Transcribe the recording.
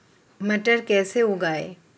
मटर कैसे उगाएं?